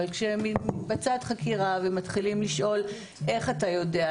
אבל כשמתבצעת חקירה ומתחילים לשאול איך אתה יודע,